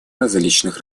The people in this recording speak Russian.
различных